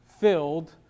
filled